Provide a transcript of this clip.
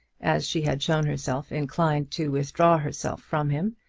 as she had shown herself inclined to withdraw herself from him,